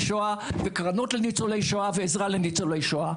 שואה וקרנות לניצולי שואה ועזרה לניצולי שואה.